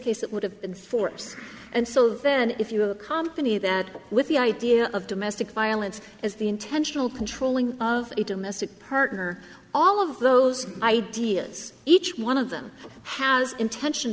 case it would have been force and so then if you were kompany that with the idea of domestic violence as the intentional controlling of a domestic partner all of those ideas each one of them has intention